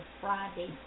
Friday